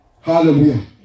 Hallelujah